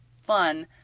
fun